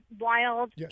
Wild